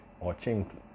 watching